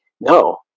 no